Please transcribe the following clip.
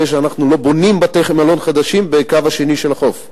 שאנחנו בונים בתי-מלון חדשים בקו השני של החוף.